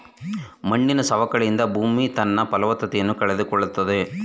ಮಣ್ಣಿನ ಸವಕಳಿಯಿಂದ ಭೂಮಿ ತನ್ನ ಫಲವತ್ತತೆಯನ್ನು ಕಳೆದುಕೊಳ್ಳುತ್ತಿದೆ